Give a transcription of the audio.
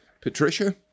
Patricia